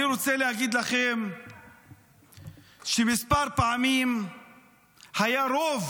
אני רוצה להגיד לכם שמספר פעמים היה רוב